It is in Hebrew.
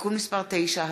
(תיקון מס' 9),